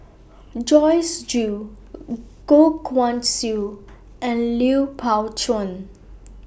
Joyce Jue Goh Guan Siew and Lui Pao Chuen